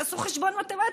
תעשו חשבון מתמטי,